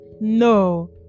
no